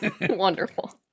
Wonderful